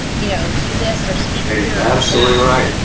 you know, do this or speak here. you're absolutely right.